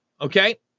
Okay